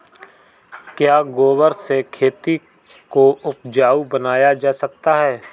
क्या गोबर से खेती को उपजाउ बनाया जा सकता है?